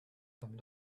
come